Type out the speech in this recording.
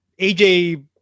AJ